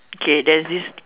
okay there's this